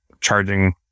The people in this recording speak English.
charging